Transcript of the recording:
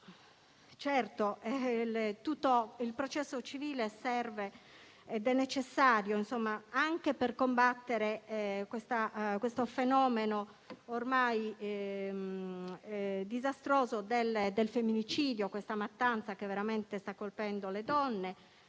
minore. Un processo civile riformato serve ed è necessario anche per combattere questo fenomeno, ormai disastroso, del femminicidio, questa mattanza che sta colpendo le donne.